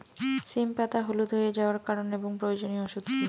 সিম পাতা হলুদ হয়ে যাওয়ার কারণ এবং প্রয়োজনীয় ওষুধ কি?